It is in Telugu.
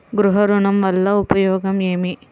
గృహ ఋణం వల్ల ఉపయోగం ఏమి?